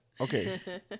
Okay